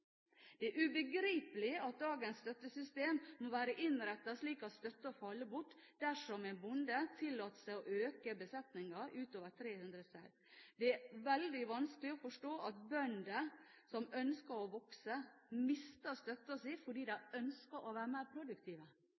Det er ubegripelig at dagens støttesystem må være innrettet slik at støtten faller bort dersom en bonde tillater seg å øke besetningen utover 300 sau. Det er veldig vanskelig å forstå at bønder som ønsker å vokse, mister støtten fordi de ønsker å være mer produktive.